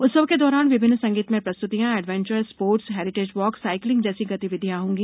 उत्सव के दौरान विभिन्न संगीतमय प्रस्त्तियाँ adventure sports heritage walk cycling जैसी गतिविधियों होंगी